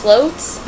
Floats